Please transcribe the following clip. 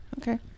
Okay